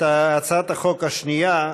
את הצעת החוק השנייה,